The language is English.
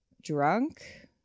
drunk